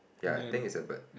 ya I think it's a bird